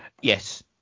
Yes